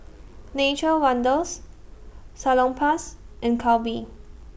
Nature's Wonders Salonpas and Calbee